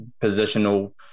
positional